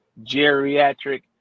geriatric